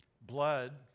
Blood